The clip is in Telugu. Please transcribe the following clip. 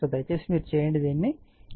దయచేసి దీనిని చేయండి